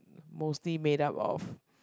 mostly made up of